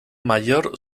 mayor